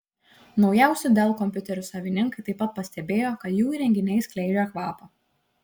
naujausių dell kompiuterių savininkai taip pat pastebėjo kad jų įrenginiai skleidžia kvapą